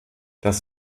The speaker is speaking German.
das